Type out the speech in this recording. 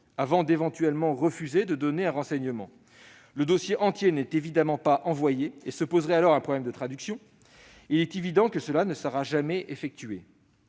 avant éventuellement de refuser de donner un renseignement. Le dossier entier n'est bien sûr pas envoyé et se poserait alors un problème de traduction. Il est évident que cela ne se fera jamais.